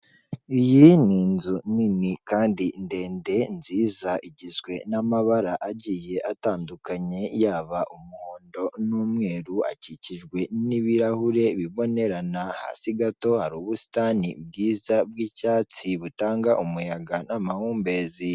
Iyi ni inzu nini kandi ndende nziza igizwe n'amabara agiye atandukanye yaba umuhondo n'umweru akikijwe n'ibirahure bibonerana hasi gato hari ubusitani bwiza bw'icyatsi butanga umuyaga n'amahumbezi.